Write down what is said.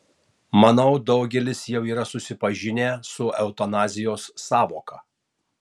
manau daugelis jau yra susipažinę su eutanazijos sąvoka